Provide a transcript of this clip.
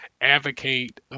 advocate